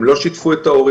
הם לא שיתפו את ההורים,